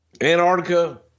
Antarctica